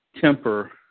temper